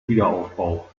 wiederaufbau